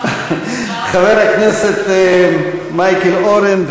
חבר הכנסת מייקל אורן,